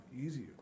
easier